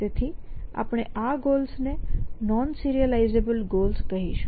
તેથી આપણે આ ગોલ્સ ને નોન સિરિઅલાઈઝેબલ ગોલ્સ કહીશું